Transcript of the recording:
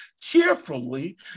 cheerfully